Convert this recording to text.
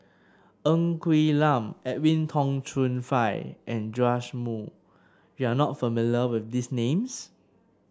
Ng Quee Lam Edwin Tong Chun Fai and Joash Moo you are not familiar with these names